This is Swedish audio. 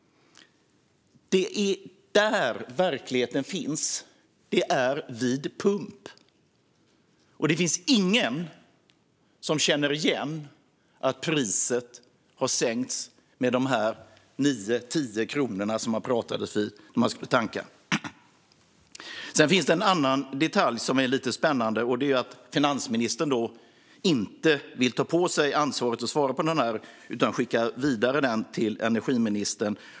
Det är där verkligheten finns - det är vid pumpen. Och det finns ingen som ska tanka som känner igen att priset har sänkts med de här 9 eller 10 kronorna som man pratade om. Sedan finns det en annan detalj som är lite spännande, och det är att finansministern inte vill ta på sig ansvaret och svara på den här interpellationen utan skickar den vidare till energiministern.